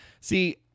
See